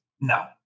No